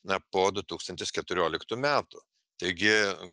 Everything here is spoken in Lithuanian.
na po du tūkstantis keturioliktų metų taigi